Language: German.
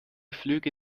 flüge